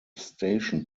station